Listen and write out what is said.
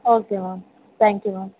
okay ma'am thank you ma'am